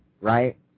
right